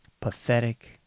Pathetic